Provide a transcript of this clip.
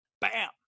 Bam